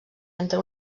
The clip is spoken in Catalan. entre